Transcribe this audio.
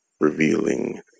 revealing